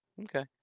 Okay